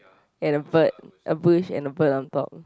and a bird a bush and a bird on top